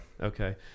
Okay